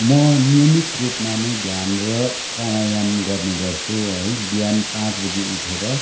म नियमित रूपमा नै ध्यान र प्राणायाम गर्ने गर्छु है बिहान पाँच बजी उठेर